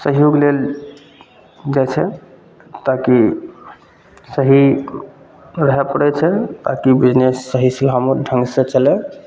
सहयोग लेल जाइ छै ताकि सही रहै पड़ै छै ताकि बिजनेस सही सलामत ढङ्गसे चलै